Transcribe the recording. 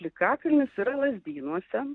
plikakalnis ir lazdynuose